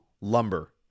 lumber